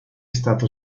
stato